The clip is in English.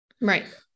Right